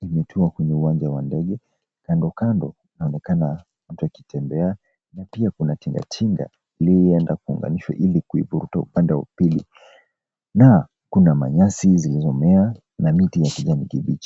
imetua kwenye uwanja wa ndege, kando kando inaonekana mtu akitembea na pia kuna tingatinga iliyoenda kuunganisha ilikuivuta upande wa pili na kuna manyasi zilizomea na miti ya kijani kibichi.